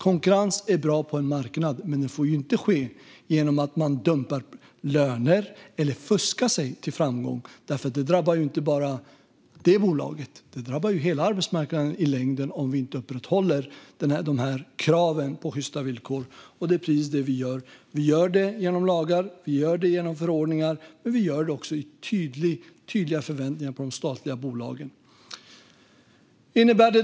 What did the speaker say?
Konkurrens är bra men får inte innebära att man dumpar löner eller fuskar sig till framgång. Det drabbar inte bara enskilda bolag utan i längden hela arbetsmarknaden om vi inte upprätthåller kraven på sjysta villkor. Detta gör vi genom lagar, förordningar och tydliga förväntningar på de statliga bolagen. Fru talman!